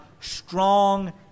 strong